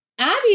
Abby